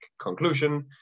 conclusion